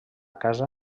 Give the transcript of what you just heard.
casa